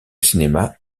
cinéma